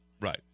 right